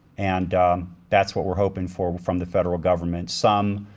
and that's what we're hoping for from the federal government. some